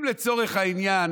אם, לצורך העניין,